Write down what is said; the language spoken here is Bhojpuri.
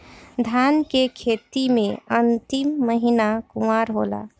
धान के खेती मे अन्तिम महीना कुवार होला?